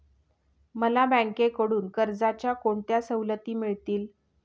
मला बँकेकडून कर्जाच्या कोणत्या सवलती मिळतील?